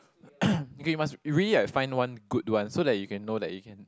okay you must really like find one good one so that you can know that you can